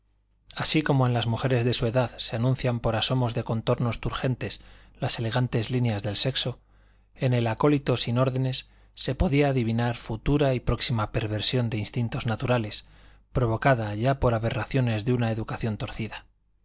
así como en las mujeres de su edad se anuncian por asomos de contornos turgentes las elegantes líneas del sexo en el acólito sin órdenes se podía adivinar futura y próxima perversión de instintos naturales provocada ya por aberraciones de una educación torcida